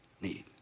need